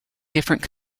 different